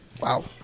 Wow